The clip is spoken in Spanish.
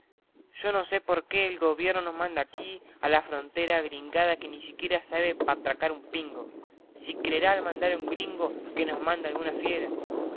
yo no sé porqué el gobierno nos manda aquí a la frontera gringada que ni siquiera se sabe atracar a un pingo si creerá al mandar un gringo que nos manda alguna fiera